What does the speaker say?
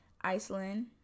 Iceland